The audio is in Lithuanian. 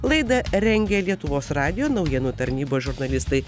laidą rengė lietuvos radijo naujienų tarnybos žurnalistai